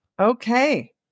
Okay